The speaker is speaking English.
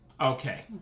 Okay